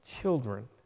children